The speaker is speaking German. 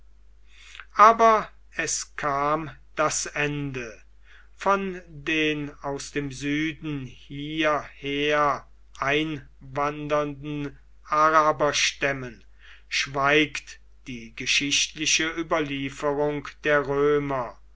aber es kam das ende von den aus dem süden hierher einwandernden araberstämmen schweigt die geschichtliche überlieferung der römer